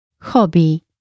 Hobby